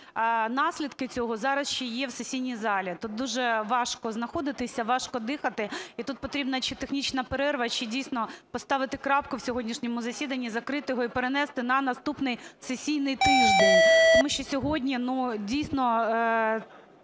наслідки цього зараз ще є в сесійній залі. Тут дуже важко знаходитися, важко дихати, і тут потрібна чи технічна перерва, чи дійсно поставити крапку в сьогоднішньому засіданні, закрити його і перенести на наступний сесійний тиждень, тому що сьогодні дійсно